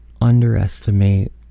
underestimate